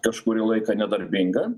kažkurį laiką nedarbinga